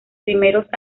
primeros